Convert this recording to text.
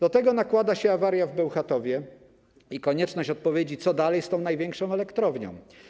Do tego nakłada się awaria w Bełchatowie i konieczność odpowiedzi na pytanie, co dalej z tą największą elektrownią.